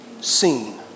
seen